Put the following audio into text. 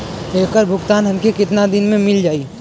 ऐकर भुगतान हमके कितना दिन में मील जाई?